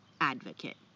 advocate